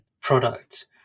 product